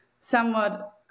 somewhat